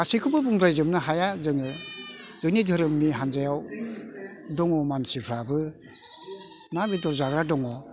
गासिखौबो बुंद्रायजोबनो हाया जोङो जोंनि धोरोमनि हान्जायाव दङ मानसिफ्राबो ना बेदर जाग्रा दङ